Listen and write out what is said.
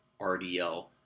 RDL